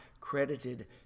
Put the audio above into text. credited